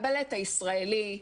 הבלט הישראלי,